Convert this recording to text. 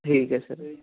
ਠੀਕ ਹੈ ਸਰ